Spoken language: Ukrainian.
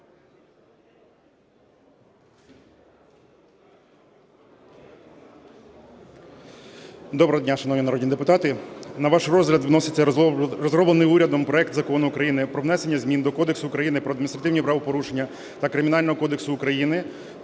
Доброго дня, шановні народні депутати! На ваш розгляд вноситься розроблений урядом проект Закону України про внесення змін до Кодексу України про адміністративні правопорушення та Кримінального кодексу України